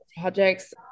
projects